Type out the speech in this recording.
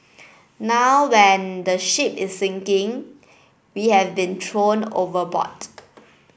now when the ship is sinking we have been thrown overboard